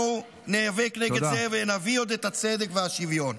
אנחנו ניאבק נגד זה ונביא עוד את הצדק והשוויון.